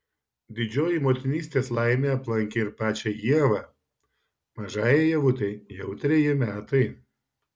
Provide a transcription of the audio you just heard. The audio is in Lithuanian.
didžioji motinystės laimė aplankė ir pačią ievą mažajai ievutei jau treji metai